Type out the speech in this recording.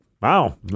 Wow